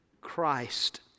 Christ